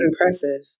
impressive